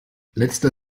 letzter